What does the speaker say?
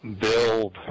Build